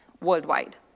worldwide